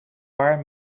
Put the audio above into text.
paar